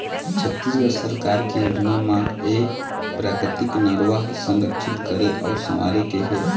छत्तीसगढ़ सरकार के योजना म ए प्राकृतिक नरूवा ल संरक्छित करे अउ संवारे के हे